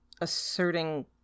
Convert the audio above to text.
asserting